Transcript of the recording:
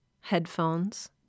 headphones